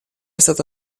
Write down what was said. stata